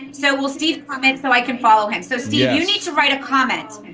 so will steve comment so i can follow him? so steve, you need to write a comment.